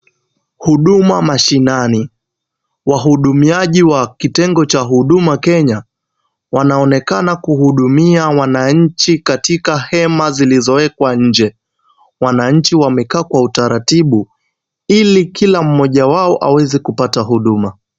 Huduma mashinani, wahudumiaji wa kitengo cha huduma Kenya, wanaonekana kuhudumia wananchi katika hema zilizo wekwa nje, wananchi wamekaa Kwa utaratibu ili kila mmoja wao aweze kupata huduma .